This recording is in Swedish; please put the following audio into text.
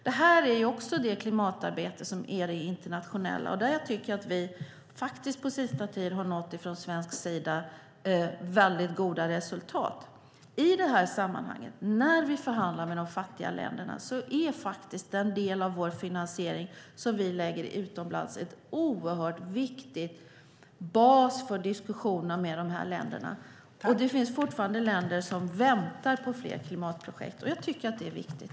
Detta är ett internationellt klimatarbete där jag tycker att vi på senaste tiden har nått väldigt goda resultat från svensk sida. I detta sammanhang, när vi förhandlar med de fattiga länderna, är den del av vår finansiering som vi lägger utomlands en oerhört viktig bas för diskussioner. Det finns fortfarande länder som väntar på fler klimatprojekt. Jag tycker att det är viktigt.